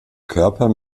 körper